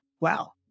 Wow